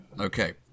Okay